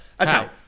Okay